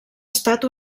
estat